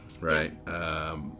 right